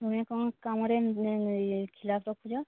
ତୁମେ କ'ଣ କାମରେ ଖିଲାପ ରଖୁଛ